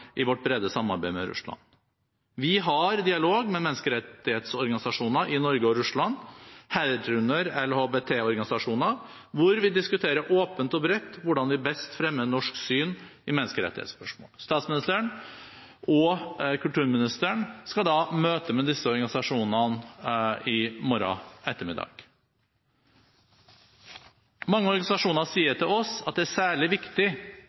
vårt brede samarbeid med Russland. Vi har dialog med menneskerettighetsorganisasjoner i Norge og Russland, herunder LHBT-organisasjoner, hvor vi diskuterer åpent og bredt hvordan vi best fremmer norsk syn i menneskerettighetsspørsmål. Statsministeren og kulturministeren skal ha møte med disse organisasjonene i morgen ettermiddag. Mange organisasjoner sier til oss at det er særlig viktig